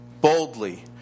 boldly